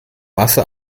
masse